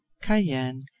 cayenne